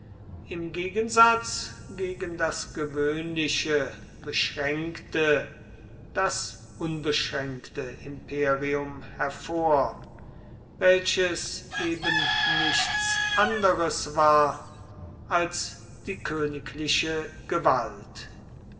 im gegensatz gegen das gewöhnliche beschränkte das unbeschränkte imperium hervor welches eben nichts anderes war als die königliche gewalt